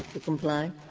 to comply?